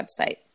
website